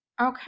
Okay